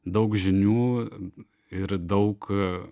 daug žinių ir daug